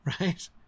Right